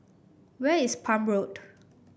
where is Palm Road